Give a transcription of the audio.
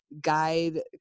guide